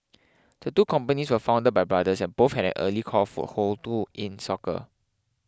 the two companies were found by brothers and both had early core foothold do in soccer